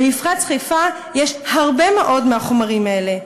במפרץ חיפה יש הרבה מאוד מהחומרים האלה.